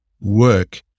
work